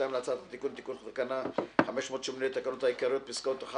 להצעת התיקון (תיקון תקנה 580 לתקנות העיקריות) פסקאות (1),